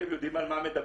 אתם יודעים על מה מדברים?